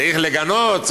צריך לגנות,